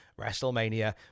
WrestleMania